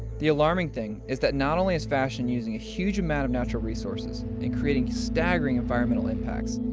the alarming thing is that not only is fashion using a huge amount of natural resources and creating staggering environmental impacts,